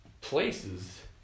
places